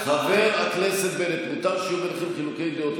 חבר הכנסת בנט, מותר שיהיו ביניכם חילוקי דעות.